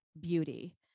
beauty